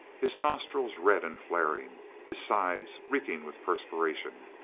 his nostrils red and flaring, his sides reeking with perspiration.